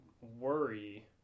worry